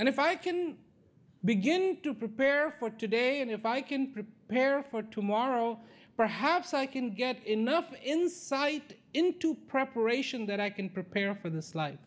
and if i can begin to prepare for today and if i can prepare for tomorrow perhaps i can get enough insight into preparation that i can prepare for this li